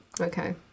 Okay